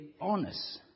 honest